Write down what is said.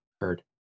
heard